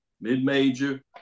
Mid-major